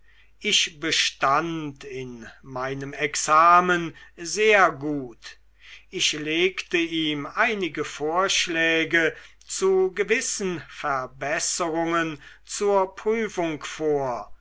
ich bestand in meinem examen sehr gut ich legte ihm einige vorschläge zu gewissen verbesserungen zur prüfung vor